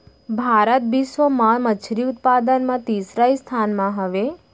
भारत बिश्व मा मच्छरी उत्पादन मा तीसरा स्थान मा हवे